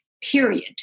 period